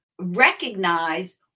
recognize